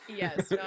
Yes